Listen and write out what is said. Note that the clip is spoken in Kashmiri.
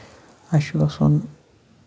اَسہِ چھُ گژھُن